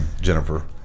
Jennifer